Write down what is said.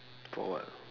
for what